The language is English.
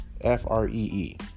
F-R-E-E